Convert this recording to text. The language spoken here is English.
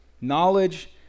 Knowledge